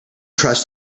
trust